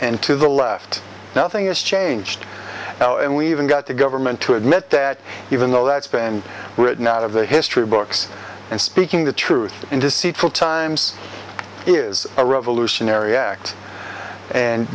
and to the left nothing is changed now and we even got the government to admit that even though that's been written out of the history books and speaking the truth in deceitful times is a revolutionary act and